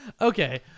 Okay